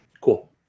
Cool